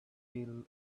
feel